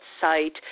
site